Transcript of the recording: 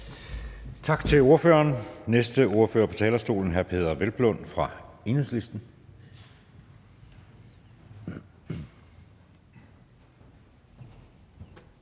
Tak til ordføreren. Den næste ordfører på talerstolen er hr. Peder Hvelplund fra Enhedslisten.